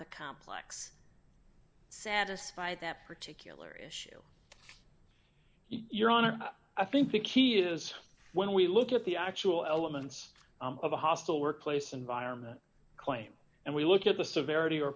the complex satisfy that particular issue your honor i think the key is when we look at the actual elements of a hostile workplace environment claim and we look at the severity or